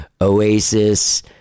Oasis